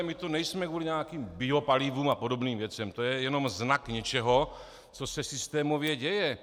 My tu nejsme kvůli nějakým biopalivům a podobným věcem, to je jenom znak něčeho, co se systémově děje.